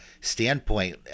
standpoint